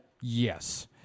Yes